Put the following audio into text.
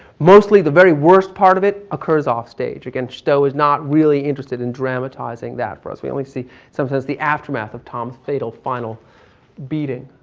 mostly the very worst part of it occurs off stage. again, stowe is not really interested in dramatizing that for us. we only see sometimes the aftermath of tom's fatal, final beating.